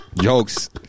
jokes